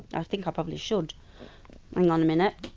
i think i probably should. hang on a minute.